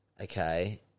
okay